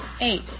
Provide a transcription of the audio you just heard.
Eight